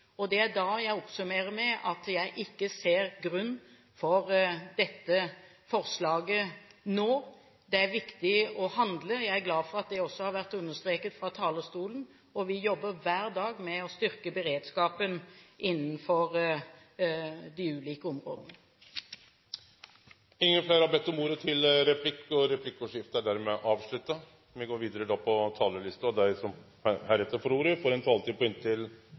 Det er da jeg oppsummerer med at jeg ikke ser grunn for dette forslaget nå. Det er viktig å handle – jeg er glad for at det også har vært understreket fra talerstolen – og vi jobber hver dag med å styrke beredskapen innenfor de ulike områdene. Replikkordskiftet er over. Dei talarane som heretter får ordet, har ei taletid på inntil 3 minutt. Jeg synes det er bra at statsråden sier at det nå skjer masse i departementet. Selvfølgelig er det mye som skjer på